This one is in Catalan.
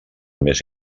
més